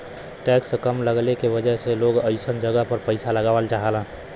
tax कम लगले के वजह से लोग अइसन जगह पर पइसा लगावल चाहलन